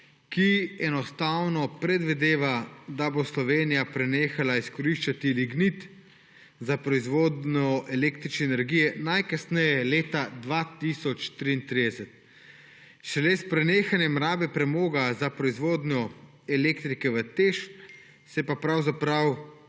ki enostavno predvideva, da bo Slovenija prenehala izkoriščati lignit za proizvodnjo električne energije najkasneje leta 2033. Šele s prenehanjem rabe premoga za proizvodnjo elektrike v Tešu se pa šele zaustavi